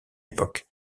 époque